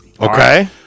Okay